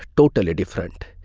totally different.